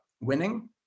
winning